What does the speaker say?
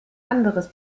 anderes